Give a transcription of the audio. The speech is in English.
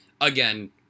again